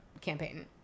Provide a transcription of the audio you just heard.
campaign